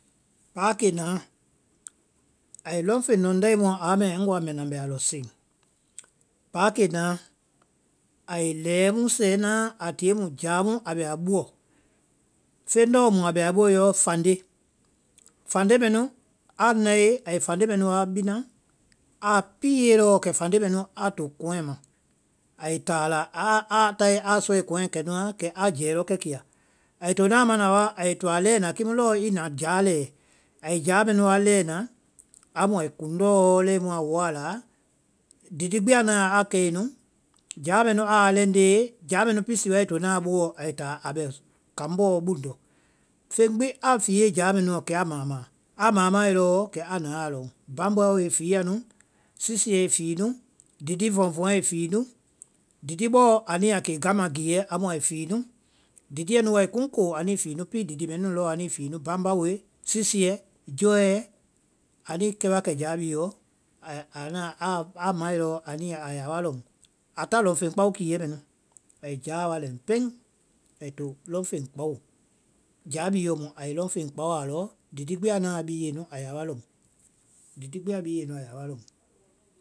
Paakenaã, ai feŋ lɔŋ lɛimu aa mɛ ŋ woa mbɛ na mbɛ alɔ seŋ. Paakenaã ai lɛɛ mu sɛɛnã a tie mu jáa mu a bɛ a buɔ, feŋ lɔɔ mu a bɛ a buɔ yɔ fande. Fande mɛnu, a nae ai fande mɛnu wa bina, a piiye lɔɔ kɛ fande mɛnu a to kɔŋɛ ma, ai táa a la, a a tae a sɔe kɔŋɛ kɛnuã, kɛ a jɛɛ lɔ kɛkia. Ai tonaã a mana wa kiimu lɔɔ i na jáa lɛɛ́, ai jáa mɛnu wa lɛɛ́ na, amu ai bɔŋ lɔɔ lɛi mu a woa a la, didi gbi a nae a kɛe nu, jáa mɛnu aa lɛŋndee, jáa mɛnu pisi wai tona a boɔ ai táa a bɛ kaŋ bɔɔ buŋndɔ, feŋ gbi a fie jáa mɛnuɔ kɛ a maãmaã, a maãmae lɔɔ kɛ a na aa lɔŋ. Bambawoe i fiia nu, sisiɛ i fii nu, didivɔvɔɛ i fii nu, didi bɔɔ anu ya a kee gamagiiɛ amu ai fii nu, didiɛ nu wáe kuŋkoo anui fii nu, pii didi mɛɛ nu nu lɔɔ anuĩ fii nu, bambawoe, sisiɛ, jɔɛ anuĩ kɛ wa kɛ jáa bhii yɔ, a amae lɔɔ a ya wa lɔ, a ta lɔŋ feŋ kpao kiiɛ mɛnu, ai jáa wa lɛɛ pɛŋ ai to lɔŋ feŋ kpao. Jáa bhii yɔ mu ai lɔŋ feŋ kpao, didi gbi a nae a biie nu a ya wa lɔŋ, didi gbi a biie nu a ya lɔŋ.